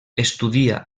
estudia